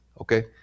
Okay